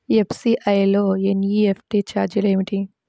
SBI లో NEFT ఛార్జీలు ఏమిటి?